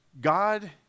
God